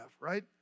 right